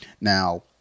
Now